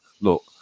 look